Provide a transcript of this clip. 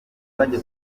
bajya